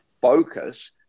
focus